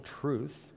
truth